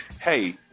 hey